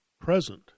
present